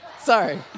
Sorry